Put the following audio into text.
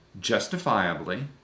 justifiably